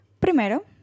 Primero